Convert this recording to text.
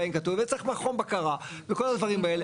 וצריך מכון בקרה וכל הדברים האלה,